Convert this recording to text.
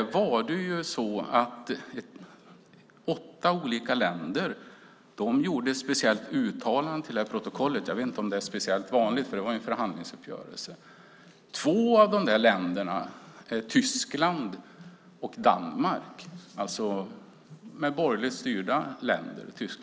Det var åtta olika länder som gjorde ett speciellt uttalande till protokollet. Jag vet inte om det är särskilt vanligt. Det här var ju en förhandlingsuppgörelse. Två av de länderna är Tyskland och Danmark, alltså borgerligt styrda länder.